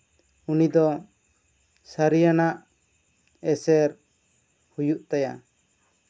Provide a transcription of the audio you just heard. ᱩᱱᱤ ᱫᱚ ᱥᱟᱨᱤᱭᱟᱱᱟᱜ ᱮᱥᱮᱨ ᱦᱩᱭᱩᱜ ᱛᱟᱭᱟ